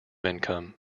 income